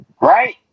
Right